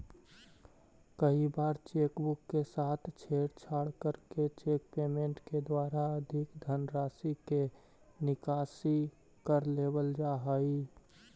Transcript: कई बार cheque book के साथ छेड़छाड़ करके चेक पेमेंट के द्वारा अधिक धनराशि के निकासी कर लेवल जा हइ